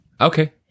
Okay